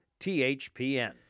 THPN